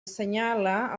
assenyala